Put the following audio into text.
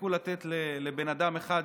תפסיקו לתת לבן אדם אחד,